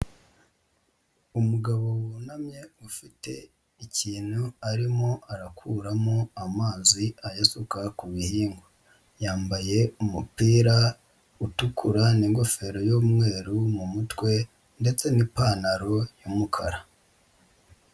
Umugabo wunamye ufite ikintu arimo arakuramo amazi ayasuka ku bihingwa, yambaye umupira utukura n'ingofero y'umweru mu mutwe ndetse n'ipantaro y'umukara.